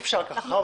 אי אפשר כך.